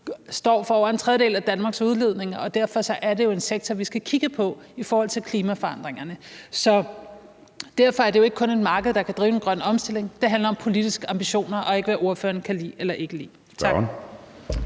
står for over en tredjedel af Danmarks udledning, og derfor er det jo en sektor, vi skal kigge på i forhold til klimaforandringerne. Derfor er det jo ikke kun et marked, der kan drive den grønne omstilling. Det handler om politiske ambitioner og ikke om, hvad ordføreren kan lide eller ikke kan lide. Tak.